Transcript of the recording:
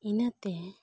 ᱤᱱᱟᱹᱛᱮ